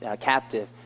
captive